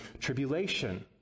tribulation